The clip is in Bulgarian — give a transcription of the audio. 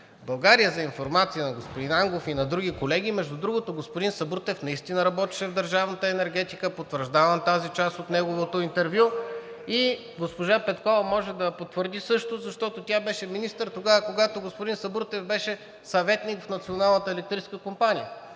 България, за информация на господин Ангов и на други колеги… Между другото, господин Сабрутев наистина работеше в държавната енергетика, потвърждавам тази част от неговото интервю. И госпожа Петкова може да потвърди също, защото тя беше министър тогава, когато господин Сабрутев беше съветник в Националната електрическа компания.